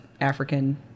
African